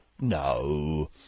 No